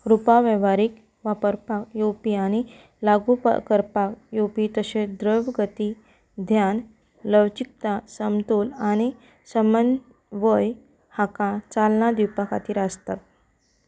रूपां वेव्हारीक वापरपाक येवपी आनी लागू करपाक येवपी तशेंच द्रव गती ध्यान लवचीकता समतोल आनी समनवय हांकां चालना दिवपा खातीर आसतात